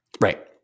right